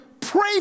pray